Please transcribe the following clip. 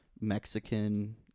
Mexican